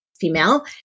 female